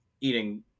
eating